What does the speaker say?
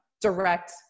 direct